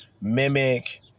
mimic